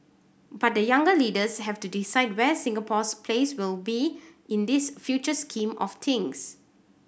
but the younger leaders have to decide where Singapore's place will be in this future scheme of things